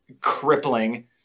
crippling